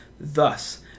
Thus